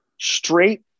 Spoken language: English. straight